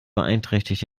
beeinträchtigt